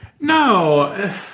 No